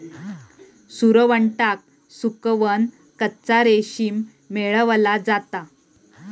सुरवंटाक सुकवन कच्चा रेशीम मेळवला जाता